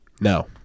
No